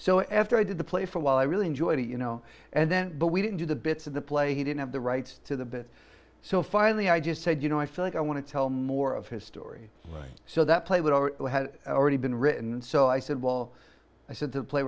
so after i did the play for a while i really enjoyed it you know and then but we didn't do the bits of the play he didn't have the rights to the bit so finally i just said you know i feel like i want to tell more of his story so that play would or had already been written and so i said well i said t